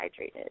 hydrated